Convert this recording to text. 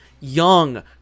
young